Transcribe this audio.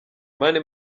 mani